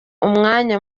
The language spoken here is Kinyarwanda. umwanya